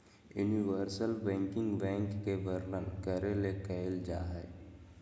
universal banking bank के वर्णन करे ले कइल जा हइ